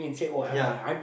ya